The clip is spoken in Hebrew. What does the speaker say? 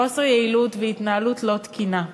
חוסר יעילות והתנהלות לא תקינה.